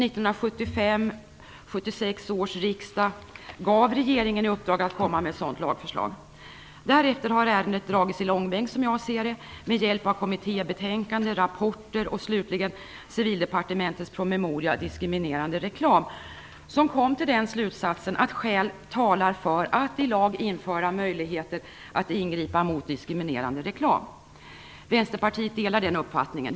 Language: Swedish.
1975/76 års riksmöte gav regeringen i uppdrag att komma med ett sådant lagförslag. Därefter har ärendet - som jag ser det - dragits i långbänk med hjälp av kommittébetänkande, rapporter och slutligen Civildepartementets promemoria Diskriminerande reklam som kom till den slutsatsen, att skäl talar för att i lag införa möjligheter att ingripa mot diskriminerande reklam. Vänsterpartiet delar den uppfattningen.